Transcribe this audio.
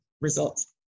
results